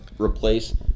replace